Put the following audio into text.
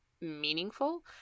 meaningful